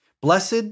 Blessed